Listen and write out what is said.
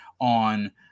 on